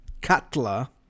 Katla